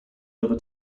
over